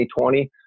2020